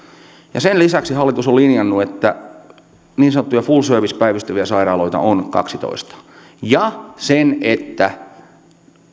ja sen lisäksi hallitus on linjannut sen että niin sanottuja full service päivystäviä sairaaloita on kaksitoista ja sen että